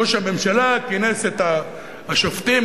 ראש הממשלה כינס את השובתים,